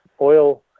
oil